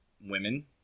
women